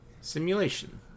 Simulation